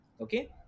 okay